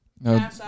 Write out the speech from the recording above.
no